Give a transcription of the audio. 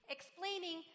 explaining